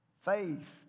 faith